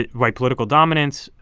white political dominance.